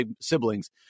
siblings